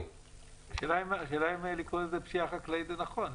השאלה אם לקרוא לזה פשיעה חקלאית זה נכון.